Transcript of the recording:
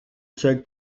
seul